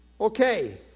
Okay